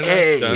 Hey